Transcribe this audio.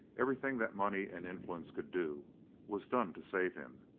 everything that money and influence could do was done to save him,